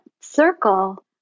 circle